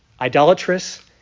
idolatrous